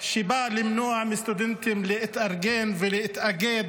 שבא למנוע מסטודנטים להתארגן ולהתאגד